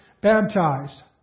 baptized